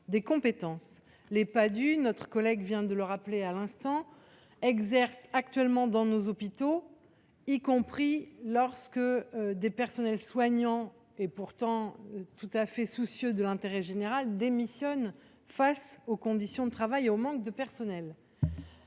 des compétences. Notre collègue vient de le rappeler à l’instant, les Padhue exercent dans nos hôpitaux, y compris lorsque des personnels soignants, pourtant tout à fait soucieux de l’intérêt général, démissionnent en raison de leurs conditions de travail et du manque de personnel.